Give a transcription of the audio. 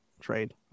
trade